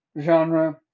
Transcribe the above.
genre